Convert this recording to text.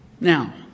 Now